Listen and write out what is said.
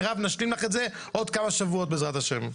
מירב, נשלים לך את זה בעוד כמה שבועות בעזרת השם.